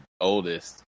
oldest